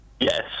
yes